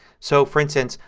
so, for instance,